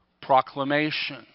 proclamation